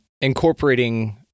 incorporating